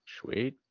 Sweet